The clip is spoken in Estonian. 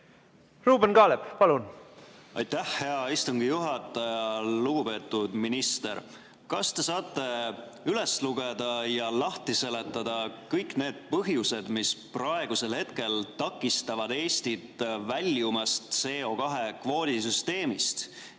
Ruuben Kaalep, palun! Aitäh, hea istungi juhataja! Lugupeetud minister! Kas te saate üles lugeda ja lahti seletada kõik põhjused, mis praegusel hetkel takistavad Eestit väljumast CO2kvoodi süsteemist?